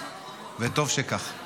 וטוב שכך.